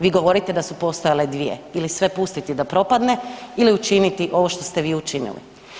Vi govorite da su postojale dvije ili sve pustiti da propadne ili učiniti ovo što ste vi učinili.